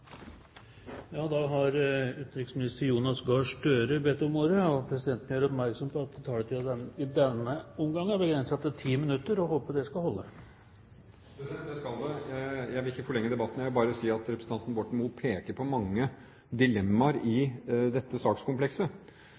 Presidenten gjør oppmerksom på at taletiden i denne omgang er begrenset til 10 minutter, og håper det skal holde. Det skal det. Jeg vil ikke forlenge debatten. Jeg vil bare si at representanten Borten Moe peker på mange dilemmaer i dette sakskomplekset.